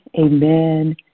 amen